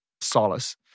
solace